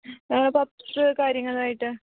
puffs കാര്യങ്ങളായിട്ട്